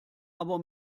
aber